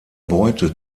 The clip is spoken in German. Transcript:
beute